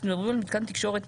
כשמדברים על מתקן תקשורת,